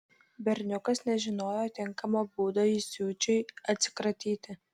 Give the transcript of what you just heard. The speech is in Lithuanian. berniukas nežinojo tinkamo būdo įsiūčiui atsikratyti